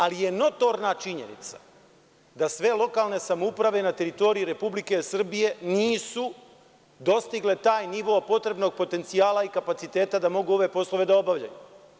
Ali, notorna činjenica je da sve lokalne samouprave na teritoriji Republike Srbije nisu dostigle taj nivo potrebnog potencijala i kapaciteta da mogu ove poslove da obavljaju.